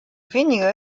wenige